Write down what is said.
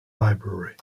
library